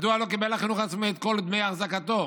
מדוע לא קיבל החינוך העצמאי את כל דמי החזקתו?